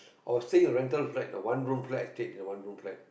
I was staying in a rental flat a one room flat stayed in a one room flat